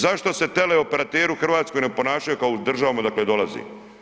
Zašto se teleoperateri u Hrvatskoj ne ponašaju kao u državama odakle dolaze?